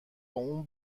اون